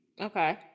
Okay